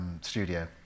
Studio